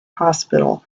hospital